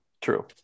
true